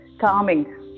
calming